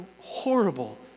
horrible